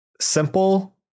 simple